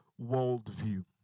worldview